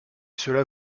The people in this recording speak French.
cela